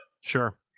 sure